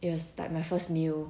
it was like my first meal